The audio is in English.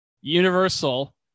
Universal